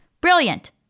Brilliant